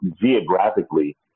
geographically